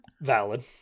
Valid